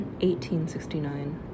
1869